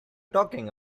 talking